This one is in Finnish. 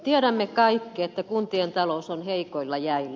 tiedämme kaikki että kuntien talous on heikoilla jäillä